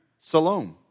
Salome